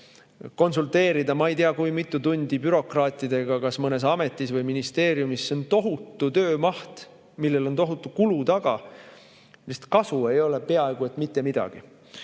ei tea kui mitu tundi bürokraatidega kas mõnes ametis või ministeeriumis. See on tohutu töömaht, millel on taga tohutu kulu, aga millest kasu ei saada peaaegu mitte midagi.